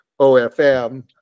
OFM